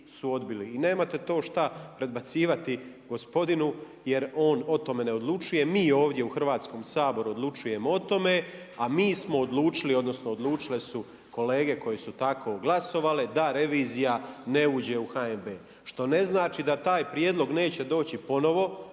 i nemate to šta predbacivati gospodinu jer on o tome ne odlučuje. Mi ovdje u Hrvatskom saboru odlučuje o tome, a mi smo odlučili odnosno odlučile su kolege koje su tako glasovale da revizija ne uđe u HNB što ne znači da taj prijedlog neće doći ponovo